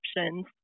options